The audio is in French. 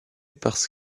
parce